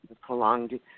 prolonged